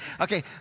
Okay